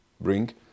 bring